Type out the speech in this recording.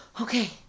okay